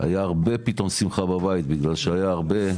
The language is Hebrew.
היה הרבה פתאום שמחה בבית בגלל שהיה הרבה,